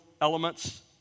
elements